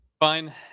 fine